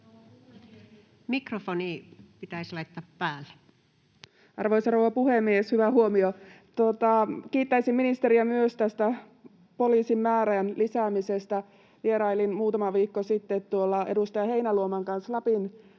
mikrofonin ollessa suljettuna] Arvoisa rouva puhemies, hyvä huomio. — Kiittäisin ministeriä myös tästä poliisien määrän lisäämisestä. Vierailin muutama viikko sitten edustaja Heinäluoman kanssa Lapin